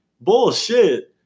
Bullshit